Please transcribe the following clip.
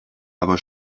aber